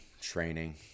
training